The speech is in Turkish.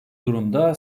durumda